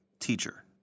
Teacher